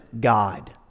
God